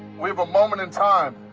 we have a moment in time.